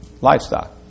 Livestock